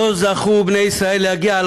לא זכו בני ישראל להגיע,